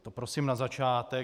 To prosím na začátek.